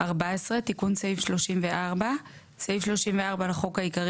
תיקון סעיף 34 14. סעיף 34 לחוק העיקרי